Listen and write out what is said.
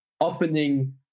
opening